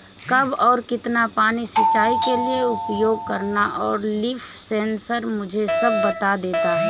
कब और कितना पानी सिंचाई के लिए उपयोग करना है लीफ सेंसर मुझे सब बता देता है